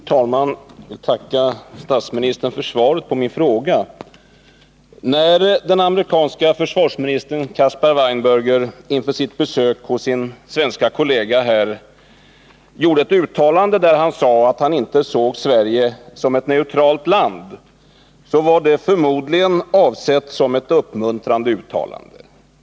Herr talman! Jag tackar statsministern för svaret på min fråga. När den amerikanske försvarsministern Caspar Weinberger inför sitt besök hos sin svenska kollega gjorde ett uttalande där han sade att han inte såg Sverige som ett neutralt land var det förmodligen avsett som ett uppmuntrande uttalande.